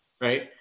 right